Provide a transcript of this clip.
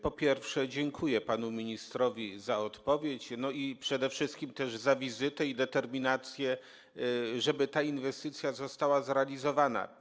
Po pierwsze, dziękuję panu ministrowi za odpowiedź i przede wszystkim za wizytę, determinację, żeby ta inwestycja została zrealizowana.